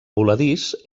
voladís